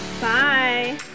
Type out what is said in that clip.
Bye